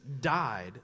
died